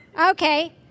Okay